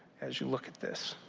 as you look at this.